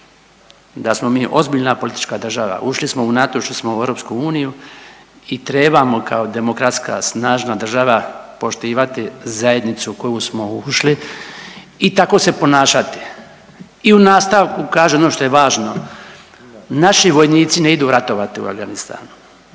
da smo mi ozbiljna politička država, ušli smo u NATO, ušli smo u EU i trebamo kao demokratska snažna država poštivati zajednicu u koju smo ušli i tako se ponašati. I u nastavku kaže ono što je važno, naši vojnici ne idu ratovati u Afganistan,